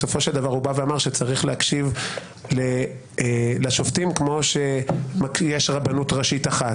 בסופו של דבר הוא בא ואמר שצריך להקשיב לשופטים כמו שיש רבנות אחת,